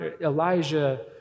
Elijah